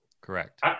Correct